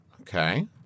Okay